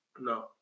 No